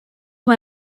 mae